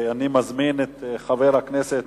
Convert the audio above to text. אני מזמין את חבר הכנסת